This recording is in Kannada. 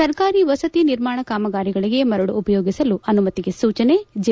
ಸರ್ಕಾರಿ ವಸತಿ ನಿರ್ಮಾಣ ಕಾಮಗಾರಿಗಳಿಗೆ ಮರಳು ಉಪಯೋಗಿಸಲು ಅನುಮತಿಗೆ ಸೂಚನೆ ಜೆ